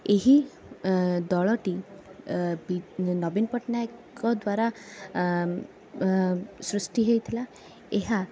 ଏହି ଦଳଟି ନବୀନ ପଟ୍ଟନାୟକଙ୍କ ଦ୍ଵାରା ସୃଷ୍ଟି ହେଇଥିଲା ଏହା